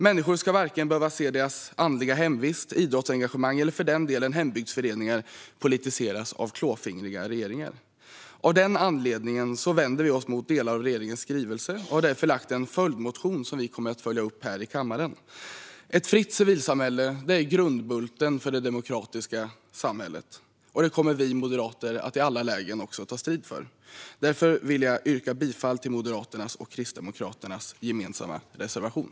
Människor ska inte behöva se vare sig sin andliga hemvist, sitt idrottsengagemang eller för den delen sina hembygdsföreningar politiseras av klåfingriga regeringar. Av den anledningen vänder vi oss mot delar av regeringens skrivelse och har därför lagt fram en följdmotion som vi kommer att följa upp här i kammaren. Ett fritt civilsamhälle är grundbulten för det demokratiska samhället, och det kommer vi moderater i alla lägen att ta strid för. Därför vill jag yrka bifall till Moderaternas och Kristdemokraternas gemensamma reservation.